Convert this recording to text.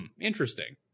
interesting